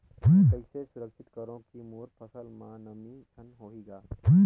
मैं कइसे सुरक्षित करो की मोर फसल म नमी झन होही ग?